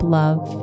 love